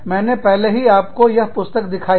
मैंने पहले ही आपको यह पुस्तक दिखाई है